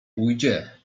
ujdzie